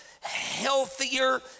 healthier